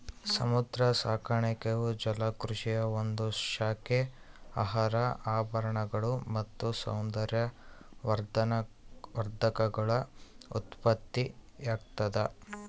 ಸಮುದ್ರ ಸಾಕಾಣಿಕೆಯು ಜಲಕೃಷಿಯ ಒಂದು ಶಾಖೆ ಆಹಾರ ಆಭರಣಗಳು ಮತ್ತು ಸೌಂದರ್ಯವರ್ಧಕಗಳ ಉತ್ಪತ್ತಿಯಾಗ್ತದ